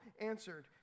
answered